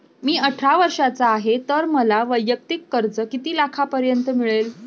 मी अठरा वर्षांचा आहे तर मला वैयक्तिक कर्ज किती लाखांपर्यंत मिळेल?